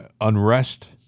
unrest